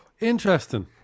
interesting